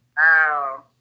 Wow